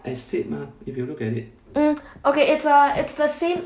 mm okay it's uh it's the same